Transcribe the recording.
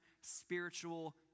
spiritual